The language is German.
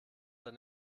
dann